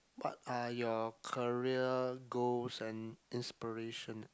what are your career goals and inspiration